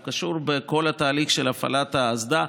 הוא קשור בכל התהליך של הפעלת האסדה,